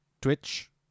Twitch